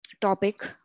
topic